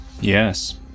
Yes